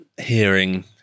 hearing